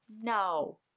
no